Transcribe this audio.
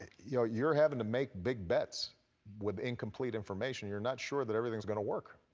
you know you're having to make big bets with incomplete information. you're not sure that everything's gonna work.